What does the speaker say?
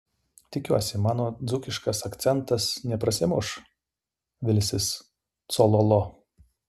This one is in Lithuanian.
tikiuosi mano dzūkiškas akcentas neprasimuš vilsis cololo